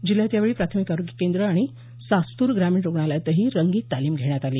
जिल्ह्यात जेवळी प्राथमिक आरोग्य केंद्र आणि सास्तूर ग्रामीण रुग्णालयातही रंगीत तालीम घेण्यात आली